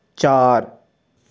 ਚਾਰ